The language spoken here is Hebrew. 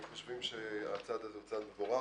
אנחנו חושבים שהצעד הזה הוא מבורך.